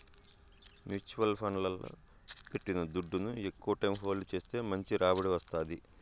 mutual ఫండ్లల్ల పెట్టిన దుడ్డుని ఎక్కవ టైం హోల్డ్ చేస్తే మంచి రాబడి వస్తాది